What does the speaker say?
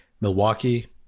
Milwaukee